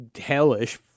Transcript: hellish